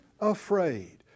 afraid